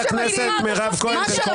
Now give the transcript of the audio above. עליהם לנהוג בממלכתיות ובאיזון בקביעת